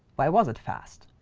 why was it fast?